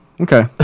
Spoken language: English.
Okay